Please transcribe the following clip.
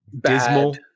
dismal